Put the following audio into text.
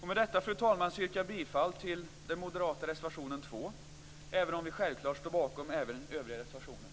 Med detta, fru talman, yrkar jag bifall till den moderata reservationen 2, även om vi självklart står bakom även övriga reservationer.